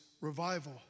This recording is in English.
revival